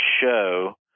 show